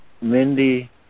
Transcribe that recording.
Mindy